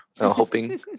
hoping